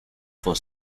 for